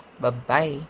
Bye-bye